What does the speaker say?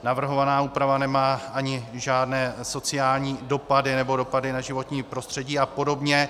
Navrhovaná úprava nemá ani žádné sociální dopady nebo dopady na životní prostředí a podobně.